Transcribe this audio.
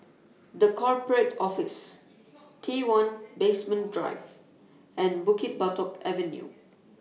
The Corporate Office T one Basement Drive and Bukit Batok Avenue